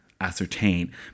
ascertain